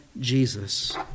Jesus